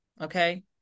Okay